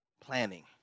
planning